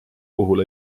puhul